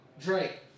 Drake